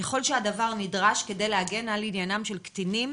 ככל שהדבר נדרש כדי להגן על עניינם של קטינים